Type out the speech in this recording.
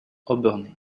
obernai